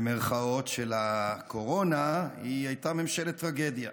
במירכאות, של הקורונה הייתה ממשלת טרגדיה.